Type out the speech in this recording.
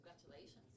Congratulations